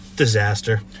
Disaster